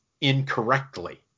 incorrectly